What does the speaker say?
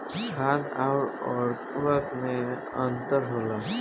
खाद्य आउर उर्वरक में का अंतर होला?